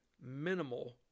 minimal